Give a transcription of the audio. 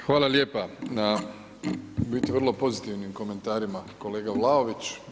Hvala lijepa na u biti vrlo pozitivnim komentarima kolega Vlaović.